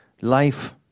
life